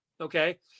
Okay